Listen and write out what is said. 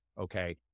okay